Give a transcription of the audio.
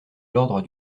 l’ordre